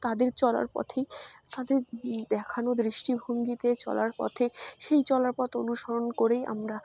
তাদের চলার পথেই তাদের দেখানো দৃষ্টিভঙ্গিতে চলার পথে সেই চলার পথ অনুসরণ করেই আমরা